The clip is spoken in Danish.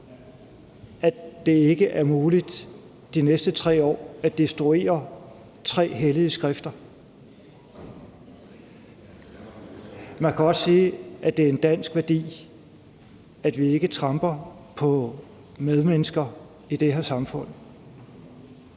at det ikke er muligt de næste 3 år at destruere tre hellige skrifter? Man kan også sige, at det er en dansk værdi, at vi ikke tramper på medmennesker i det her samfund.